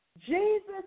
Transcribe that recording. Jesus